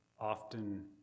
often